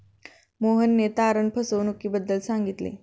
मोहनने तारण फसवणुकीबद्दल सांगितले